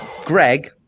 Greg